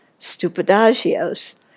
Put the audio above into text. stupidagios